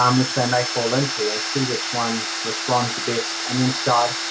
um which they may fall into, and see which ones responds the best, and then start